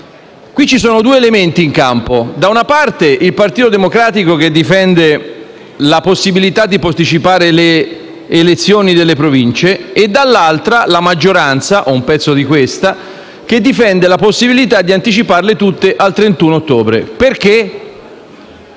qui ci sono due elementi in campo, da una parte, il Partito Democratico che difende la possibilità di posticipare le elezioni delle Province e, dall'altra, la maggioranza o un pezzo di questa che difende la possibilità di anticiparle tutte al 31 ottobre, perché,